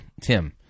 Tim